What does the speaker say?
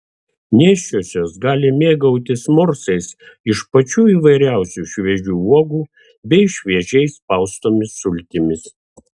nėščiosios gali mėgautis morsais iš pačių įvairiausių šviežių uogų bei šviežiai spaustomis sultimis